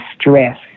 stress